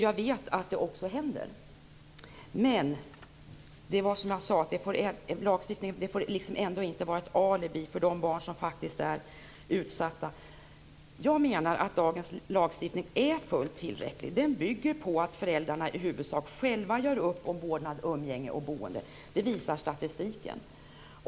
Jag vet också att det händer. Men det får ändå inte vara ett alibi för de barn som faktiskt är utsatta. Jag menar att dagens lagstiftning är fullt tillräcklig. Den bygger på att föräldrarna i huvudsak själva gör upp om vårdnad, umgänge och boende. Det visar statistiken.